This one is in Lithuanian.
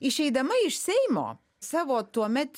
išeidama iš seimo savo tuomet